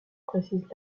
précisent